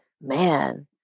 man